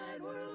world